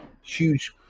huge